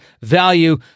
value